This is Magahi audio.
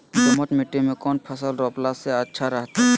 दोमट मिट्टी में कौन फसल रोपला से अच्छा रहतय?